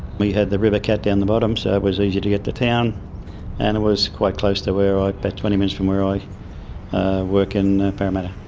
we had the rivercat down the bottom so it was easy to get to town and it was quite close to where, about but twenty mins from where i work in parramatta.